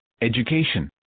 education